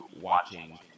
watching